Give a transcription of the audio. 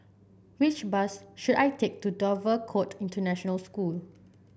which bus should I take to Dover Court International School